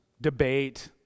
debate